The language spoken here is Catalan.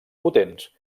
potents